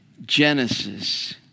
Genesis